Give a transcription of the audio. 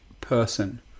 person